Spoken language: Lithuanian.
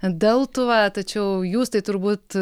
deltuva tačiau jūs tai turbūt